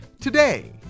today